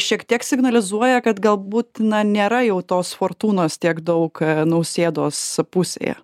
šiek tiek signalizuoja kad galbūt nėra jau tos fortūnos tiek daug nausėdos pusėje